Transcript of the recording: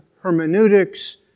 hermeneutics